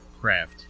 craft